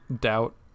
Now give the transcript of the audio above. doubt